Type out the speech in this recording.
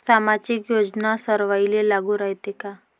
सामाजिक योजना सर्वाईले लागू रायते काय?